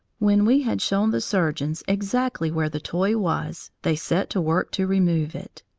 when we had shown the surgeons exactly where the toy was, they set to work to remove it.